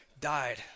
died